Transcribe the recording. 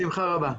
בשמחה רבה.